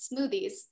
smoothies